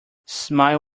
smile